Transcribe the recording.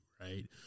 right